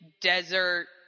desert